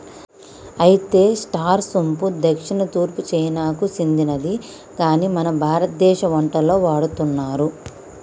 అయితే స్టార్ సోంపు దక్షిణ తూర్పు చైనాకు సెందినది కాని మన భారతదేశ వంటలలో వాడుతున్నారు